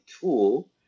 tool